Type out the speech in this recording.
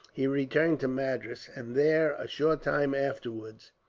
he returned to madras, and there, a short time afterwards,